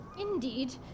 Indeed